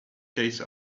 case